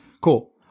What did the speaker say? cool